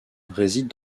réside